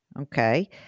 Okay